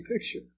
picture